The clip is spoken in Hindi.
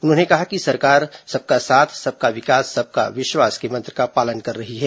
उन्होंने कहा कि सरकार सबका साथ सबका विकास सबका विश्वास के मंत्र का पालन कर रही है